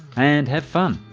and have fun!